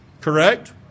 correct